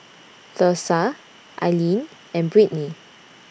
Thursa Ilene and Britni